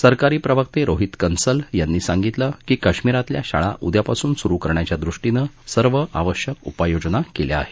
सरकारी प्रवक्ते रोहित कन्सल यांनी सांगितलं की कश्मीरातल्या शाळा उद्यापासून सुरु करण्याच्या दृष्टीनं सर्व आवश्यक उपाययोजना केल्या आहेत